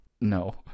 No